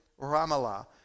Ramallah